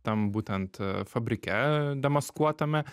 tam būtent fabrike demaskuotame